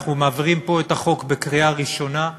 אנחנו מעבירים פה את החוק בקריאה ראשונה,